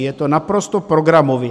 Je to naprosto programově.